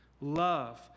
love